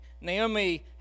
Naomi